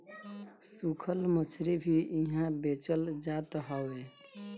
सुखल मछरी भी इहा बेचल जात हवे